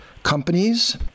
companies